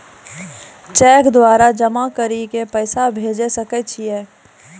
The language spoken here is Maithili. चैक द्वारा जमा करि के पैसा भेजै सकय छियै?